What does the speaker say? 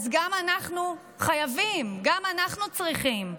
אז גם אנחנו חייבים, גם אנחנו צריכים.